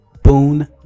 Boone